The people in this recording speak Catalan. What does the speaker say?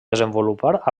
desenvolupar